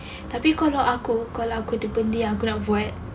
tapi kalau aku kalau ada benda yang aku nak buat